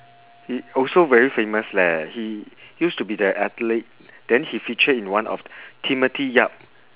he also very famous leh he used to be the athlete then he feature in one of timothy yap